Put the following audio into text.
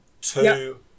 Two